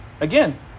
Again